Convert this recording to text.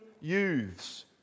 youths